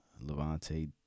Levante